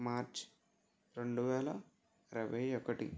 మార్చి రెండు వేల ఇరవై ఒకటీ